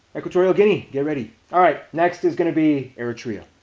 equatorial guinea, get ready. alright, next is gonna be eritrea.